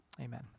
Amen